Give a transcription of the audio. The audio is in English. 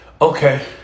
Okay